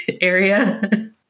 area